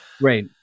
Right